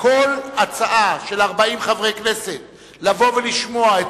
כל הצעה של 40 חברי כנסת לבוא ולשמוע את